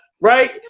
right